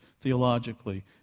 theologically